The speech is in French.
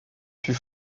fut